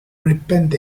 repent